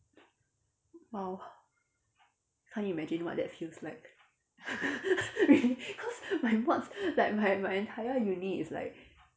!wow! can't imagine what that feels like cause my mods like my my entire uni is like